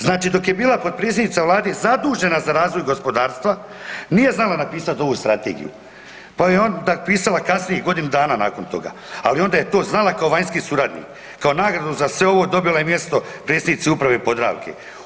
Znači dok je bila potpredsjednica Vlade zadužena za razvoj gospodarstva nije znala napisat ovu strategiju pa ju je onda pisala kasnije godinu dana nakon toga, ali je onda je to znala kao vanjski suradnik, kao nagradu za sve ovo dobila je mjesto predsjednice Uprave Podravke.